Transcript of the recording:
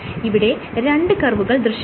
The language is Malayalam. ഇവിടെ രണ്ട് കർവുകൾ ദൃശ്യമാണ്